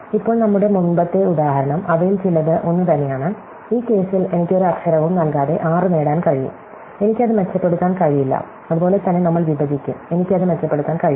ഇപ്പോൾ നമ്മുടെ മുമ്പത്തെ ഉദാഹരണം അവയിൽ ചിലത് ഒന്നുതന്നെയാണ് ഈ കേസിൽ എനിക്ക് ഒരു അക്ഷരവും നൽകാതെ 6 നേടാൻ കഴിയും എനിക്ക് അത് മെച്ചപ്പെടുത്താൻ കഴിയില്ല അതുപോലെ തന്നെ നമ്മൾ വിഭജിക്കും എനിക്ക് അത് മെച്ചപ്പെടുത്താൻ കഴിയില്ല